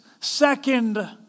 second